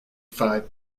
five